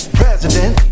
president